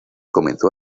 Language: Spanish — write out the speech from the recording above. comenzó